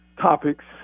topics